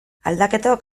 aldaketok